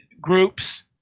groups